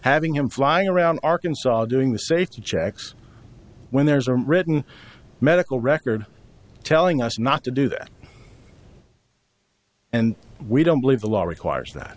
having him flying around arkansas doing the safety checks when there's a written medical record telling us not to do that and we don't believe the law requires that